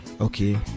okay